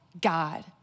God